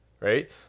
right